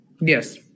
Yes